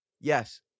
Yes